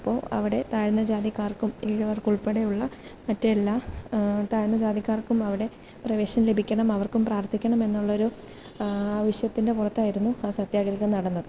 അപ്പോൾ അവിടെ താഴ്ന്ന ജാതിക്കാർക്കും ഈഴവർക്ക് ഉൾപ്പെടെ ഉള്ള മറ്റെല്ലാ താഴ്ന്ന ജാതിക്കാർക്കും അവിടെ പ്രവേശനം ലഭിക്കണം അവർക്കും പ്രാർത്ഥിക്കണം എന്നുള്ളൊരു ആവശ്യത്തിൻ്റെ പുറത്തായിരുന്നു ആ സത്യാഗ്രഹം നടന്നത്